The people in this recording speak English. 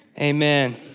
amen